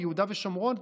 ביהודה ושומרון,